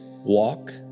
walk